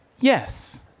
yes